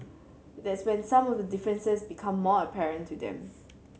that's when some of the differences become more apparent to them